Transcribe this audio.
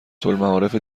المعارف